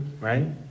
right